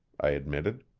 i admitted.